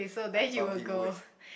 I probably would